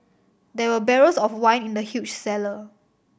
there were barrels of wine in the huge cellar